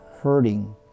hurting